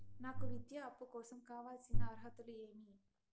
నాకు విద్యా అప్పు కోసం కావాల్సిన అర్హతలు ఏమి?